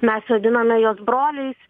mes vadinome juos broliais